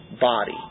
body